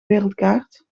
wereldkaart